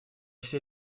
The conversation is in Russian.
все